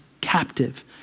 captive